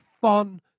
fun